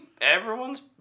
Everyone's